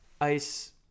ice